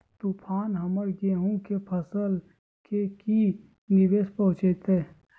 तूफान हमर गेंहू के फसल के की निवेस पहुचैताय?